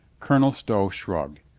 colonel stow shrugged.